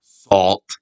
salt